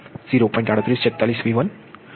તેથી તે વત્તા 0